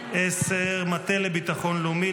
מטה לביטחון לאומי,